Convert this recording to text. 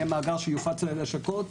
יהיה מאגר שיופץ על ידי הלשכות,